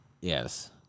Yes